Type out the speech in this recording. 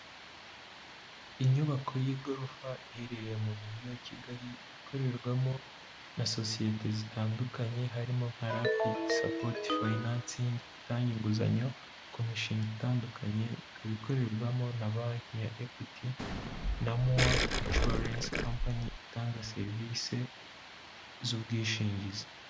Inyubako y'igorofa iherereye mu Mujyi wa Kigali, ikorerwamo na sosiyete zitandukanye harimo nka Rapidi sapoti finansingi, itanga inguzanyo ku mishinga itandukanye, ikaba ikorerwamo na banki ya Equity, na MUa insurence company itanga serivisi z'ubwishingizi.